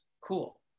Cool